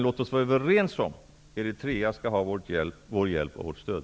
Låt oss vara överens om att Eritrea skall ha vår hjälp och vårt stöd.